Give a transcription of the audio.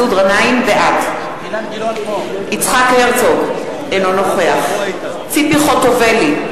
בעד יצחק הרצוג, אינו נוכח ציפי חוטובלי,